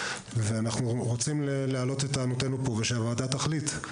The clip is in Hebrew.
ואנחנו רוצים להעלות פה את טענותינו ושהוועדה תחליט.